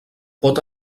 pot